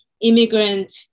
immigrant